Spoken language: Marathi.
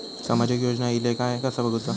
सामाजिक योजना इले काय कसा बघुचा?